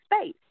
space